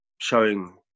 showing